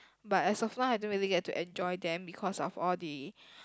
but as long of I don't really get to enjoy them because of all the